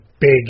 big